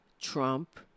Trump